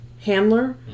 handler